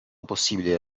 possibile